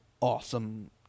awesome